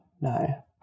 no